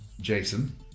Jason